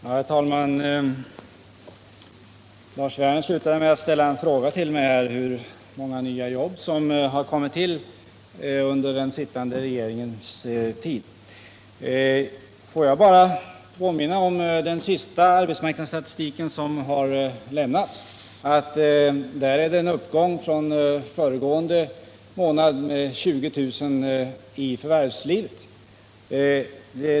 Herr talman! Lars Werner slutar med att ställa en fråga till mig om hur många nya jobb som kommit till under den sittande regeringens tid. Får jag bara påminna om den senaste arbetsmarknadsstatistiken. Det framgår av den att det sedan föregående månad är en uppgång med 20 000 när det gäller antalet verksamma i förvärvslivet.